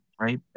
right